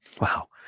Wow